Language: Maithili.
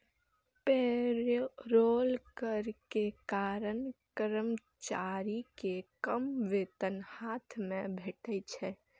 पेरोल कर के कारण कर्मचारी कें कम वेतन हाथ मे भेटै छै